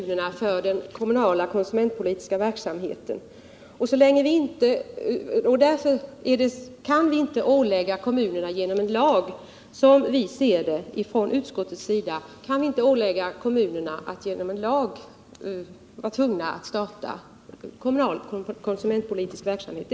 Herr talman! Från riksdagens sida är vi inte beredda att gå in med medel till kommunerna för den kommunala konsumentpolitiska verksamheten, och därför kan vi, som vi ser det i utskottet, inte genom en lag ålägga kommunerna att starta kommunal konsumentpolitisk verksamhet.